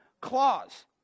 clause